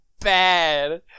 bad